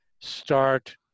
start